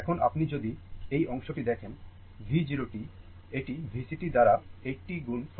এখন আপনি যদি এই অংশটি দেখেন V 0 t এটি VCt দ্বারা 80 গুণ 48